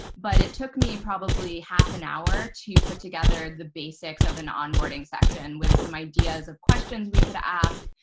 but it took me probably half an hour to put together the basics of an onboarding section with some ideas of questions we could ask,